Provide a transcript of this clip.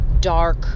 dark